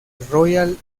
royal